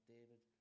David